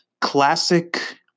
classic